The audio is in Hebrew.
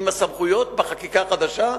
עם הסמכויות בחקיקה החדשה,